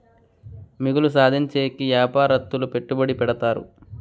మిగులు సాధించేకి యాపారత్తులు పెట్టుబడి పెడతారు